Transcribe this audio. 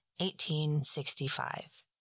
1865